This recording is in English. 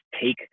take